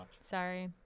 sorry